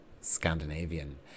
Scandinavian